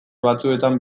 batzuetan